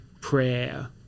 prayer